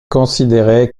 considéré